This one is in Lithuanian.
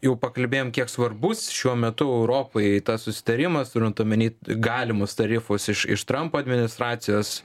jau pakalbėjom kiek svarbus šiuo metu europai tas susitarimas turint omeny galimus tarifus iš iš trampo administracijos